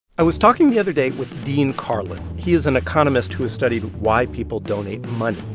i was talking the other day with dean karlan. he's an economist who has studied why people donate money.